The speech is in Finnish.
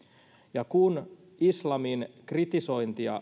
ja kun islamin kritisointia